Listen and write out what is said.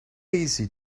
easy